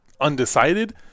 undecided